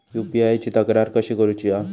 UPI ची तक्रार कशी करुची हा?